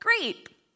great